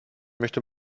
möchte